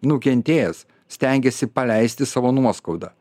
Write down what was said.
nukentėjęs stengiasi paleisti savo nuoskaudą